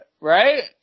right